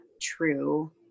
true